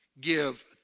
give